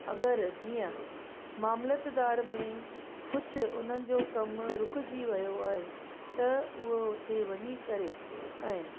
अगरि जीअं मामलतदार में कुझु उन्हनि जो कमु रुकिजी वियो आहे त उहो उते वञी करे ऐं